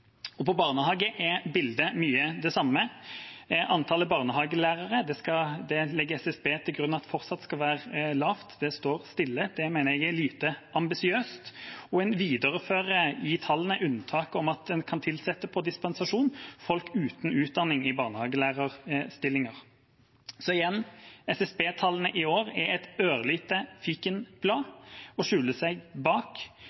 er bildet mye det samme. Antallet barnehagelærere legger SSB til grunn fortsatt skal være lavt, det står stille. Det mener jeg er lite ambisiøst. Og en viderefører i tallene unntaket om at en kan tilsette på dispensasjon folk uten utdanning i barnehagelærerstillinger. Så igjen: SSB-tallene i år er et ørlite fikenblad å skjule seg bak.